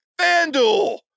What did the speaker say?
FanDuel